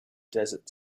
desert